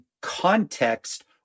context